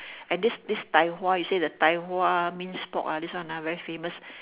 and this this tai-hwa you say the tai-hwa minced pork ah this one ah very famous